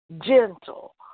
gentle